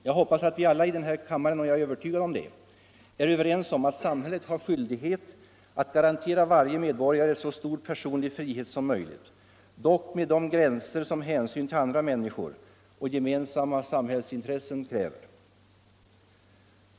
Jag är övertygad om att vi alla i den här kammaren är överens om att samhället har skyldighet att garantera varje medborgare så stor personlig frihet som möjligt, dock med de gränser som hänsyn till andra människor och gemensamma samhällsintressen kräver.